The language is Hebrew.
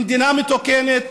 במדינה מתוקנת,